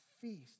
feast